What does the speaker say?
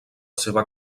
seva